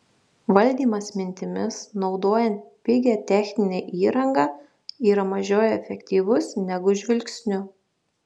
valdymas mintimis naudojant pigią techninę įrangą yra mažiau efektyvus negu žvilgsniu